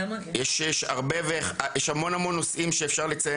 יש המון נושאים שאפשר לציין